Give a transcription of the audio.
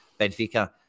Benfica